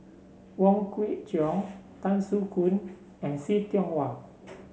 Wong Kwei Cheong Tan Soo Khoon and See Tiong Wah